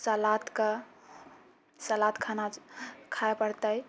सलादके सलाद खाना खाए पड़तै